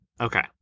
Okay